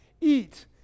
eat